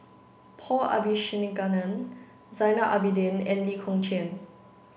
Paul Abisheganaden Zainal Abidin and Lee Kong Chian